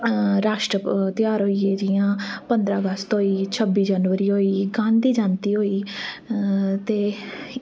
राश्ट्र ध्यार होइये जियां पंदरां अगस्त होई छब्बी जनवरी होई गांधी जयंती होई ते